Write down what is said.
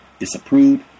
disapproved